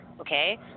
okay